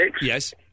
Yes